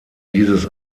dieses